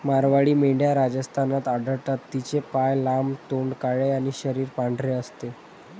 मारवाडी मेंढ्या राजस्थानात आढळतात, तिचे पाय लांब, तोंड काळे आणि शरीर पांढरे असते